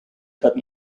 cut